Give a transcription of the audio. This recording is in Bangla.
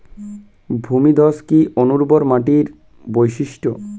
ভূমিধস কি অনুর্বর মাটির বৈশিষ্ট্য?